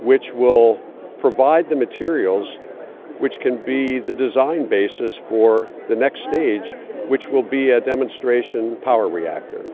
which will provide the materials which can be the design basis for the next stage which will be a demonstration power reactor.